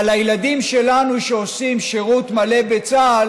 אבל הילדים שלנו שעושים שירות מלא בצה"ל,